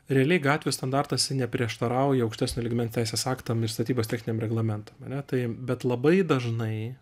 realiai gatvių standartas neprieštarauja aukštesnio lygmens teisės aktam ir statybos techniniam reglamentam ane tai bet labai dažnai